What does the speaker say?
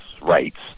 rights